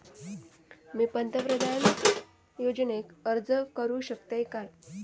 मी पंतप्रधान योजनेक अर्ज करू शकतय काय?